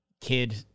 kid